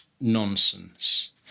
nonsense